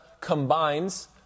combines